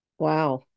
Wow